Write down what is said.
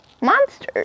monsters